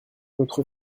notre